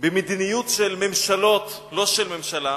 במדיניות של ממשלות, לא של ממשלה,